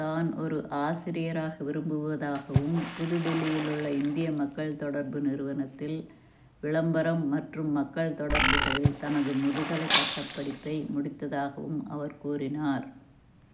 தான் ஒரு ஆசிரியராக விரும்புவதாகவும் புது டெல்லியில் உள்ள இந்திய மக்கள் தொடர்பு நிறுவனத்தில் விளம்பரம் மற்றும் மக்கள் தொடர்புகளில் தனது முதுகலை பட்டப்படிப்பை முடித்ததாகவும் அவர் கூறினார்